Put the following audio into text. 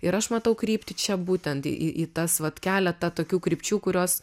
ir aš matau kryptį čia būtent į tas vat keletą tokių krypčių kurios